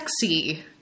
sexy